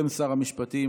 בשם שר המשפטים,